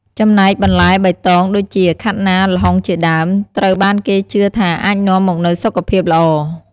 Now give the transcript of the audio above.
ចំណែកបន្លែបៃតងដូចជា ខាត់ណា ល្ហុង ជាដើម ត្រូវបានគេជឿថាអាចនាំមកនូវសុខភាពល្អ ។